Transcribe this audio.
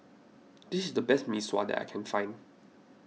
this is the best Mee Sua that I can find